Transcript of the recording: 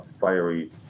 fiery